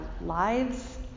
lives